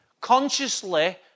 consciously